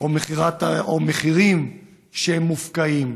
או למחירים מופקעים.